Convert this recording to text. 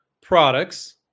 products